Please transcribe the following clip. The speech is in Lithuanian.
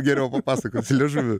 geriau papasakoti liežuviu